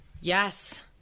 Yes